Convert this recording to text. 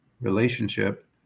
relationship